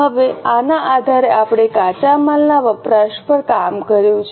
હવે આના આધારે આપણે કાચા માલના વપરાશ પર કામ કર્યું છે